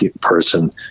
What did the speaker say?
person